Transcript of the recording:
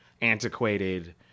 antiquated